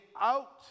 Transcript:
out